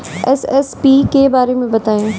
MSP के बारे में बतायें?